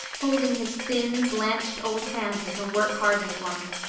holding his thin, blanched old hand in her work-hardened one.